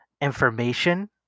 information